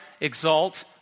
exalt